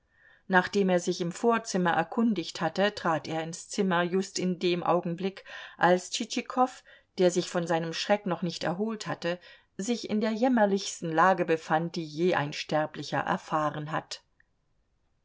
nachdem er sich im vorzimmer erkundigt hatte trat er ins zimmer just in dem augenblick als tschitschikow der sich von seinem schreck noch nicht erholt hatte sich in der jämmerlichsten lage befand die je ein sterblicher erfahren hat